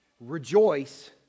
Rejoice